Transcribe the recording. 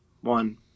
one